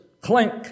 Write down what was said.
clink